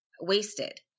wasted